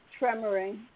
tremoring